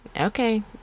Okay